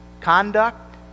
conduct